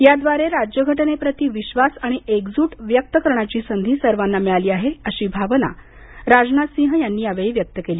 याद्वारे राज्यघटनेप्रती विश्वास आणि एकजूट व्यक्त करायची संधी सर्वांना मिळाली आहे अशी भावना राजनाथ सिंह यांनी यावेळी व्यक्त केली